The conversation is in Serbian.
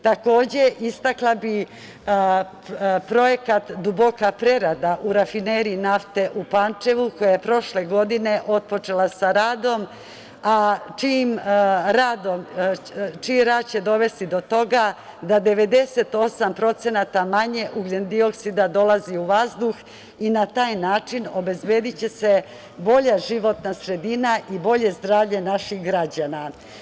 Takođe, istakla bih projekat "Duboka prerada" u Rafineriji nafte u Pančevu, koja je prošle godine otpočela sa radom, a čiji rad će dovesti do toga da 98% manje ugljen-dioksida dolazi u vazduh i na taj način obezbediće se bolja životna sredina i bolje zdravlje naših građana.